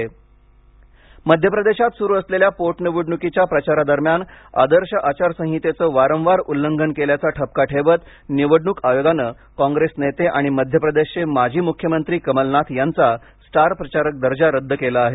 कमलनाथ मध्यप्रदेशात सुरू असलेल्या पोटनिवडणुकीच्या प्रचारादरम्यान आदर्श आचारसंहितेचे वारंवार उल्लंघन केल्याचा ठपका ठेवत निवडणूक आयोगाने कॉंग्रेस नेते आणि मध्य प्रदेशचे माजी मुख्यमंत्री कमलनाथ यांचा स्टार प्रचारक दर्जा रद्द केला आहे